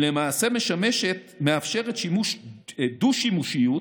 היא למעשה מאפשרת דו-שימושיות